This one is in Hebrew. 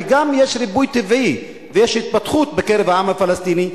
כי יש ריבוי טבעי ויש התפתחות גם בקרב העם הפלסטיני,